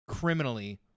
Criminally